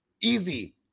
Easy